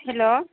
hello